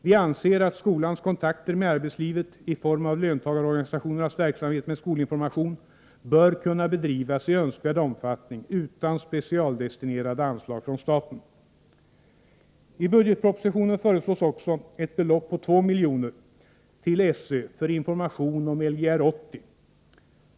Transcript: Vi anser att skolans kontakter med arbetslivet i form av löntagarorganisationernas verksamhet med skolinformation bör kunna bedrivas i önskvärd omfattning utan specialdestinerade anslag från staten. I budgetpropositionen föreslås också ett belopp på 2 milj.kr. till SÖ för information om Lgr 80.